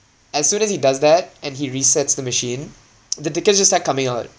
as soon as he does that and he resets the machine the tickets just start coming out